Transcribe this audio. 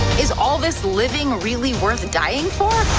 is all this living really worth dying